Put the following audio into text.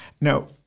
Now